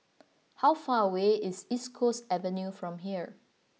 how far away is East Coast Avenue from here